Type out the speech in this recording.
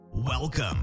Welcome